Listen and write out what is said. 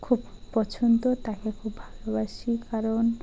খুব পছন্দ তাকে খুব ভালোবাসি কারণ